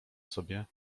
sobie